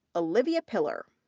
olivia pillar.